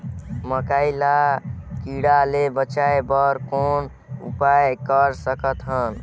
मकई ल कीड़ा ले बचाय बर कौन उपाय कर सकत हन?